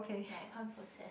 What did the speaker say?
like I can't process